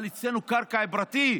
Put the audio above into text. אבל אצלנו קרקע פרטית,